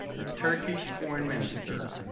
the turkish foreign minister.